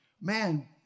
man